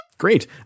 Great